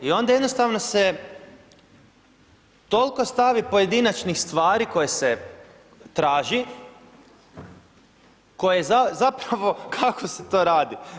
I onda jednostavno se toliko stavi pojedinačnih stvari koje se traži, koje zapravo, kako se to radi?